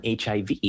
HIV